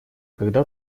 когда